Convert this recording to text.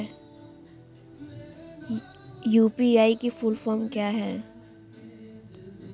UPI की full form क्या है?